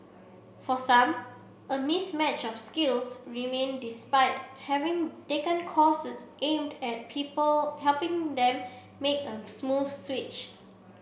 for some a mismatch of skills remain despite having taken courses aimed at people helping them make a smooth switch